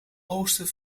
oosten